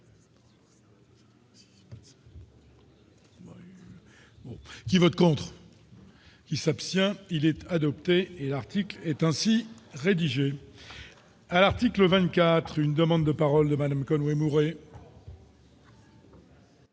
qui vote pour. Qui s'abstient, il était adopté l'article est ainsi rédigé : article 24, une demande de paroles de Madame Conway Mouret.